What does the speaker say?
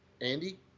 andy